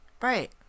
Right